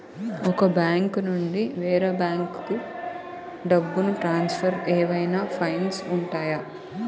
ఒక బ్యాంకు నుండి వేరే బ్యాంకుకు డబ్బును ట్రాన్సఫర్ ఏవైనా ఫైన్స్ ఉంటాయా?